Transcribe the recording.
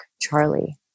Charlie